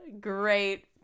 great